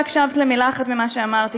לא הקשבת למילה אחת ממה שאמרתי,